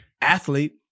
athlete